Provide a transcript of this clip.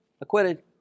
acquitted